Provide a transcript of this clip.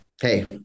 hey